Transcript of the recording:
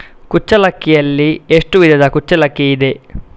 ಕುಚ್ಚಲಕ್ಕಿಯಲ್ಲಿ ಎಷ್ಟು ವಿಧದ ಕುಚ್ಚಲಕ್ಕಿ ಇದೆ?